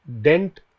dent